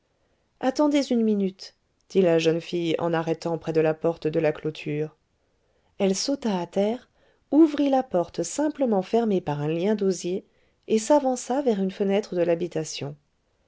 attendez une minute dit la jeune fille en arrêtant près de la porte de la clôture elle sauta à terre ouvrit la porte simplement fermée par un lien d'osier et s'avança vers une fenêtre de l'habitation